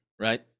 right